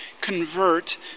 convert